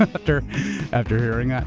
after after hearing that.